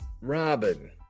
Robin